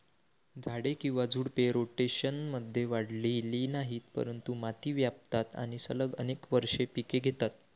झाडे किंवा झुडपे, रोटेशनमध्ये वाढलेली नाहीत, परंतु माती व्यापतात आणि सलग अनेक वर्षे पिके घेतात